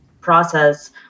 process